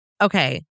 Okay